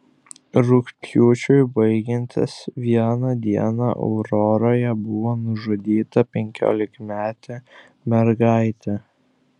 rugpjūčiui baigiantis vieną dieną auroroje buvo nužudyta penkiolikametė mergaitė